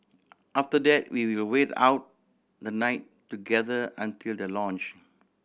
after that we will wait out the night together until the launch